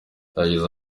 yagize